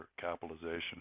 capitalization